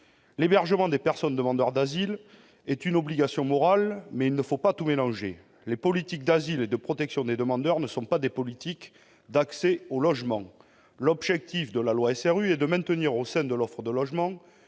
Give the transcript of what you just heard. L'hébergement des demandeurs d'asile est une obligation morale, mais il ne faut pas tout mélanger. Les politiques d'asile et de protection des demandeurs ne sont pas des politiques d'accès au logement. L'objectif de la loi SRU est de maintenir au sein de l'offre de logements